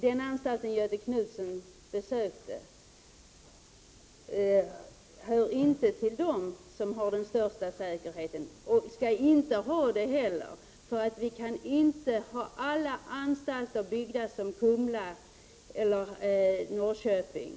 Den anstalt Göthe Knutson besökte hör inte till dem som har den största säkerheten — och skall inte ha det heller, för vi kan inte ha alla anstalter byggda som Kumla eller Norrköping.